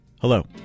Hello